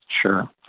Sure